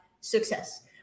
success